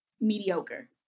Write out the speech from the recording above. mediocre